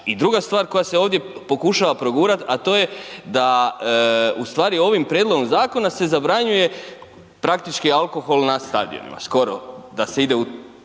i druga stvar koja se ovdje pokušava progurat, a to je da u stvari ovim prijedlogom zakona se zabranjuje praktički alkohol na stadionima, skoro da se ide u